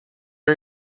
are